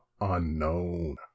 unknown